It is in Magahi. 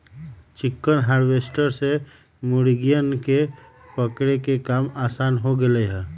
चिकन हार्वेस्टर से मुर्गियन के पकड़े के काम आसान हो गैले है